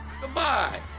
goodbye